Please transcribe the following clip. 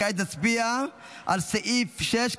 כעת נצביע על סעיף 6,